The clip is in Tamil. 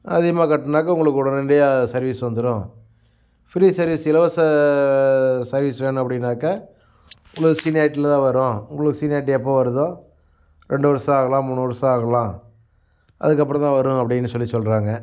அதிகமாக கட்டினாக்க உங்களுக்கு உடனடியாக சர்வீஸ் வந்துடும் ஃப்ரீ சர்வீஸ் இலவச சர்வீஸ் வேணும் அப்படினாக்க உங்களுக்கு சீனியாரிட்டியில் தான் வரும் உங்களுக்கு சீனியாரிட்டி எப்போ வருதோ ரெண்டு வருஷம் ஆகலாம் மூணு வருஷம் ஆகலாம் அதுக்கப்புறந்தான் வரும் அப்படினு சொல்லிச் சொல்கிறாங்க